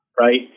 right